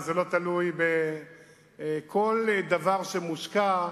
וזה לא תלוי בכל דבר שמושקע,